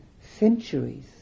centuries